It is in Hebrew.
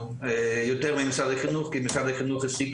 יותר ממשרד החינוך כי משרד החינוך העסיק